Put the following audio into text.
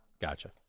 Gotcha